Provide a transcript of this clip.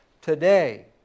Today